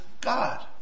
God